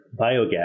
biogas